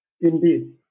Indeed